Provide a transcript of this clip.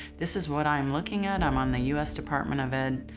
this is what i am looking at, i'm on the us department of ed.